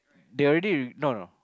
they already no no